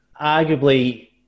arguably